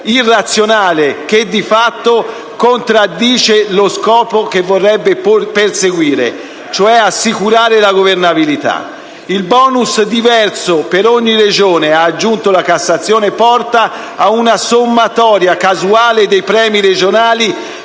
irrazionale che di fatto contraddice lo scopo che vorrebbe perseguire: assicurare la governabilità. «Il *bonus* diverso per ogni Regione», ha aggiunto la Cassazione, «porta a una sommatoria casuale dei premi regionali